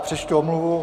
Přečtu omluvu.